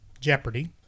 Jeopardy